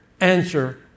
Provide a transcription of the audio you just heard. answer